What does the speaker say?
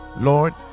Lord